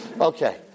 Okay